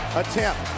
attempt